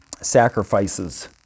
sacrifices